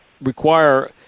require